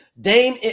Dame